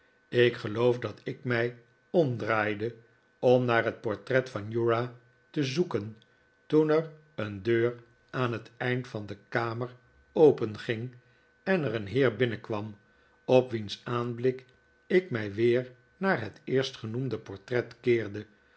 ik geloof dat ik mij omdraaide om naar het portret van uriah te zoeken toen er een deur aan het eind van de kamer openging en er een heer binnenkwam op wiens aanblik ik mij weer naar het eerstgenoemde portret keerde